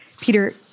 Peter